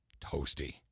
Toasty